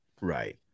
right